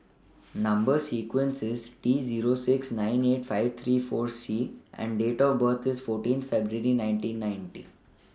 Number sequence IS T Zero six nine eight five three four C and Date of birth IS fourteen February nineteen ninety